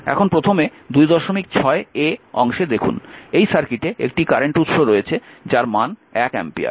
এখন প্রথমে 26 অংশে দেখুন এই সার্কিটে একটি কারেন্ট উৎস রয়েছে যার মান এক অ্যাম্পিয়ার